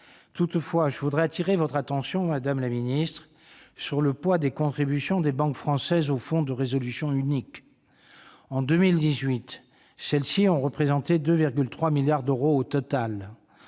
Toutefois, je veux attirer votre attention, madame la secrétaire d'État, sur le poids des contributions des banques françaises au Fonds de résolution unique. En 2018, celles-ci ont représenté 2,3 milliards d'euros au total.